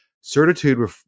Certitude